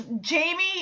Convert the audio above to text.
Jamie